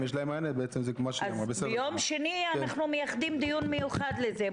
אם זה יש להם מענה בעצם --- ביום שני אנחנו מייחדים דיון מיוחד לזה.